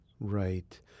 Right